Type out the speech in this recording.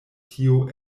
tio